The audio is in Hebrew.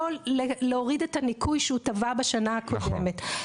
או להוריד את הניכוי שהוא תבע בשנה הקודמת.